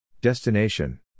Destination